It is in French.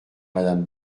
madame